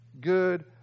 good